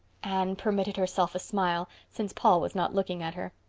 anne permitted herself a smile, since paul was not looking at her.